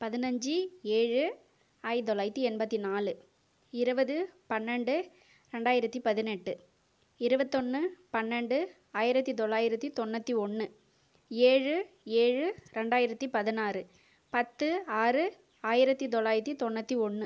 பதினஞ்சு ஏழு ஆயிரத்து தொள்ளாயிரத்து எண்பத்து நாலு இருபது பன்னெண்டு ரெண்டாயிரத்து பதினெட்டு இருவத்தொன்று பன்னெண்டு ஆயிரத்து தொள்ளாயிரத்து தொண்ணுாற்றி ஒன்று ஏழு ஏழு ரெண்டாயிரத்து பதினாறு பத்து ஆறு ஆயிரத்து தொள்ளாயிரத்து தொண்ணுாற்றி ஒன்று